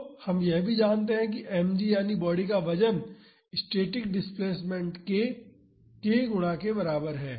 तो हम यह भी जानते हैं कि mg यानी बॉडी का वजन स्टैटिक डिस्प्लेसमेंट के k गुणा के बराबर है